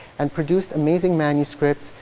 and produced amazing manuscripts.